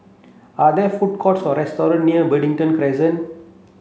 are there food courts or restaurant near Brighton Crescent